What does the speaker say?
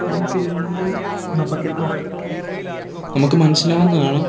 നമുക്ക് അതിൽ നിന്നും നമുക്ക് എന്താണ് നമുക്ക് മനസ്സിലാവുന്നതാണ്